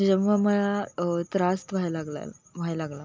जेव्हा मला त्रास व्हायला लागला व्हायला लागला